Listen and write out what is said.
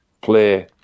play